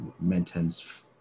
maintains